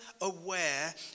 aware